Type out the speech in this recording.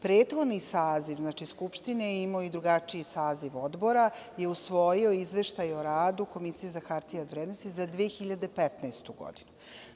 Prethodni saziv, Skupštine, imao je i drugačiji saziv odbora je usvojio Izveštaj o radu Komisije za hartije od vrednosti za 2015. godinu.